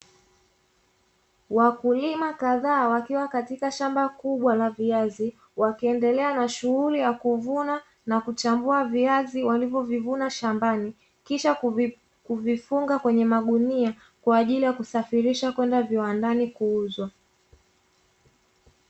Wakulima kadhaa katika shamba kubwa la viazi, wakiendelea shughuli ya kuvuna na kuchambua viazi walivyo vivuna shambani kisha kuvifunga Kwenye magunia, kwa ajili ya kusafirisha kiwandani kwenda kuuzwa.